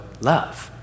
love